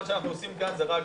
מה שאנחנו עושים כאן זה רק,